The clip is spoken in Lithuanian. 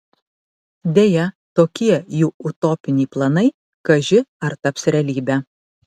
deja tokie jų utopiniai planai kaži ar taps realybe